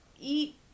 eat